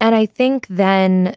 and i think then